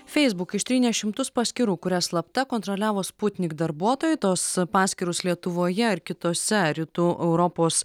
facebook ištrynė šimtus paskyrų kurias slapta kontroliavo sputnik darbuotojai tos paskyros lietuvoje ir kitose rytų europos